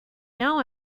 now